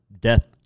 death